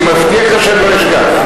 אני מבטיח לך שאני לא אשכח.